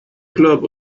club